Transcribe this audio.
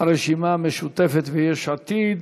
הרשימה המשותפת ויש עתיד,